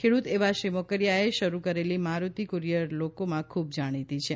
ખેડૂત એવા શ્રી મોકરિયાએ શરૂ કરેલી મારુતિ કુરિયર લોકોમાં ખૂબ જાણીતી છે